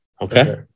Okay